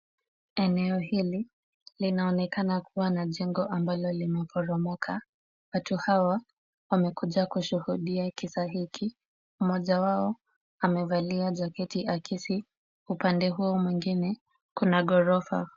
Eneo hili linaonekana kuwa na jengo ambalo limeporomoka. Watu hawa wamekuja kushuhudia kisa hiki, mmoja wao amevalia jaketi akisi, upande huu mwingine kuna ghorofa.